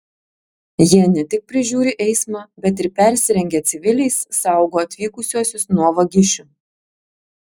jie ne tik prižiūri eismą bet ir persirengę civiliais saugo atvykusiuosius nuo vagišių